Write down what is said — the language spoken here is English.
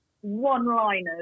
one-liners